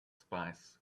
spice